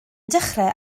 dechrau